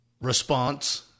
response